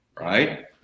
right